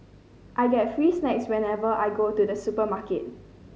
I get free snacks whenever I go to the supermarket